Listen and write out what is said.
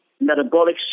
metabolic